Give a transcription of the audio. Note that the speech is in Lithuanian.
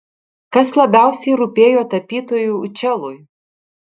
kas labiausiai rūpėjo tapytojui učelui